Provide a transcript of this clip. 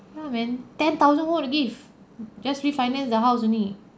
ya man ten thousand who want to give just refinance the house only